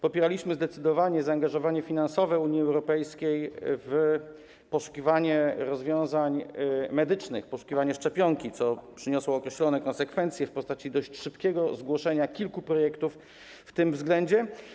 Popieraliśmy zdecydowanie zaangażowanie finansowe Unii Europejskiej w poszukiwanie rozwiązań medycznych, poszukiwanie szczepionki, co przyniosło określone konsekwencje w postaci dość szybkiego zgłoszenia kilku projektów w tym względzie.